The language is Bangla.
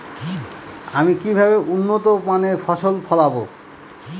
আমি কিভাবে উন্নত মানের ফসল ফলাবো?